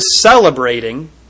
celebrating